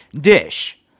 dish